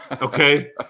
Okay